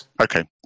okay